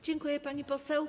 Dziękuję, pani poseł.